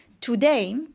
Today